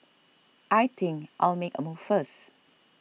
I think I'll make a move first